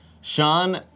Sean